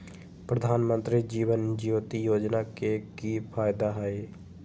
प्रधानमंत्री जीवन ज्योति योजना के की फायदा हई?